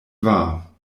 wahr